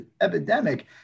epidemic